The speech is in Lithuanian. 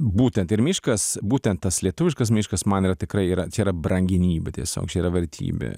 būtent ir miškas būtent tas lietuviškas miškas man yra tikrai yra čia yra brangenybė tiesiog čia yra vertybė